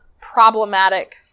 problematic